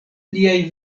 liaj